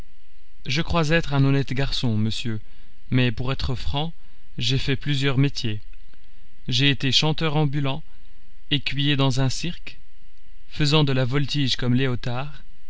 je crois être un honnête garçon monsieur mais pour être franc j'ai fait plusieurs métiers j'ai été chanteur ambulant écuyer dans un cirque faisant de la voltige comme léotard